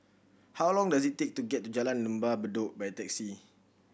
how long does it take to get to Jalan Lembah Bedok by taxi